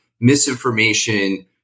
misinformation